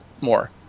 more